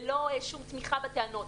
ללא שום תמיכה בטענות,